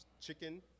chicken